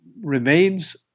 remains